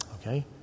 Okay